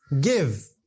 give